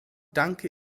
danke